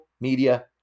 media